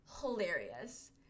hilarious